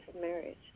marriage